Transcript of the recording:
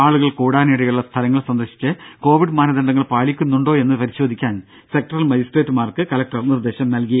ആളുകൾ കൂടാനിടയുള്ള സ്ഥലങ്ങൾ സന്ദർശിച്ച് കോവിഡ് മാനദണ്ഡങ്ങൾ പാലിക്കുന്നുണ്ടോ എന്ന് പരിശോധിക്കാൻ സെക്ടറൽ മജിസ്ട്രേറ്റുമാർക്ക് കലക്ടർ നിർദേശം നൽകി